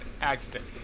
accident